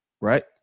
Right